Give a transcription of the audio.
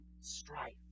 strife